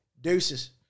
deuces